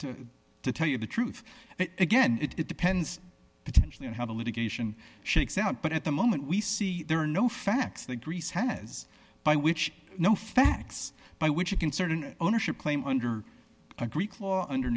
to to tell you the truth again it depends potentially on how the litigation shakes out but at the moment we see there are no facts that greece has by which no facts by which you can certainly ownership claim under greek law or under